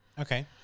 Okay